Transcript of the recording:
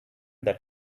that